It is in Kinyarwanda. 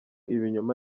ibinyoma